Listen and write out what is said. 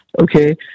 Okay